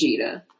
Vegeta